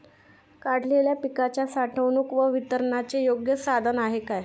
काढलेल्या पिकाच्या साठवणूक व वितरणाचे योग्य साधन काय?